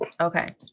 Okay